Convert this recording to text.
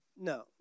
no